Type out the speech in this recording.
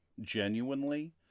genuinely